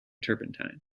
turpentine